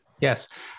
Yes